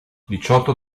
diciotto